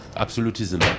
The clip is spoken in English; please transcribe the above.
Absolutism